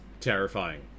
terrifying